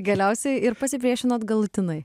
galiausiai ir pasipriešinot galutinai